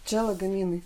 čia lagaminai